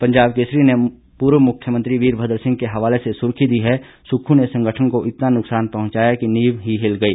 पंजाब केसरी ने पूर्व मुख्यमंत्री वीरभद्र सिंह के हवाले से सुर्खी दी है सुक्खू ने संगठन को इतना नुक्सान पहुंचाया कि नींव ही हिल गई